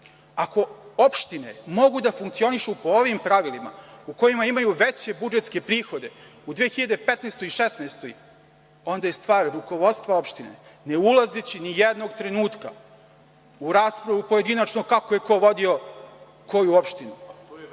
Ako opštine mogu da funkcionišu po ovim pravilima u kojima imaju veće budžetske prihoda u 2015. i 2016. godini, onda je stvar rukovodstva opštine, ne ulazeći ni jednog trenutka u raspravu pojedinačno kako je ko vodio koju opštinu,